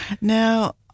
Now